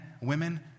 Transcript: women